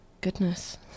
Goodness